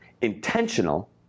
intentional